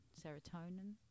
serotonin